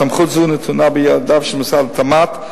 סמכות זו נתונה בידיו של משרד התמ"ת,